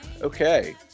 Okay